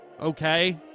Okay